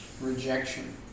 rejection